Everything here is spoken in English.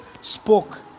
spoke